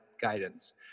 guidance